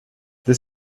this